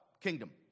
Kingdom